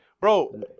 Bro